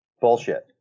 bullshit